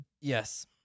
yes